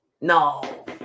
No